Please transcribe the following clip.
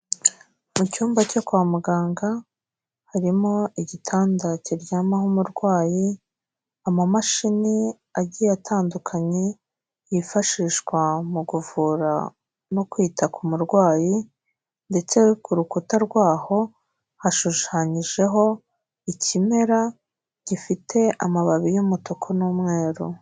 Mu cyumba cyo kwa muganga harimo igitanda kiryamaho umurwayi, amamashini agiye atandukanye yifashishwa mu kuvura no kwita ku murwayi, ndetse ku rukuta rwaho hashushanyijeho ikimera gifite amababi y'umutuku n'umweru.